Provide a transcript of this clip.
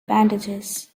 bandages